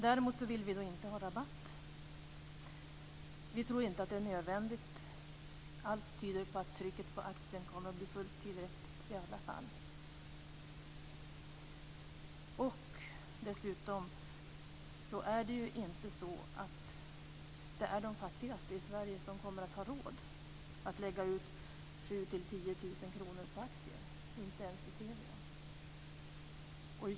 Däremot vill vi inte ha rabatt på aktierna. Vi tror inte att det är nödvändigt. Allt tyder på att trycket på aktien kommer att bli fullt tillräckligt i alla fall. Dessutom är det ju inte de fattigaste i Sverige som kommer att ha råd att lägga ut 7 000-10 000 kr på aktier, inte ens i Telia.